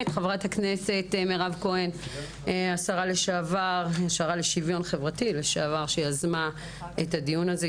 הכנסת ולשרה לשעבר לשוויון חברתי מירב כהן שיזמה את הדיון הזה,